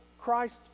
Christ